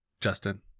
Justin